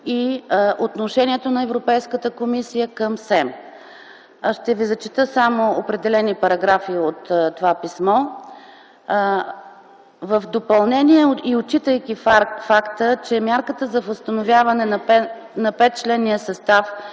и отношението на Европейската комисия към СЕМ. Ще ви зачета само определени параграфи от това писмо: „В допълнение и отчитайки факта, че мярката за възстановяване на 5-членния състав